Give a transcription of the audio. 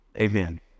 amen